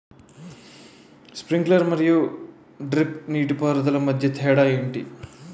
Sprinkler మరియు drip నీటిపారుదల మధ్య తేడాలు ఏంటి?